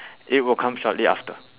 it will come shortly after